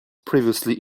previously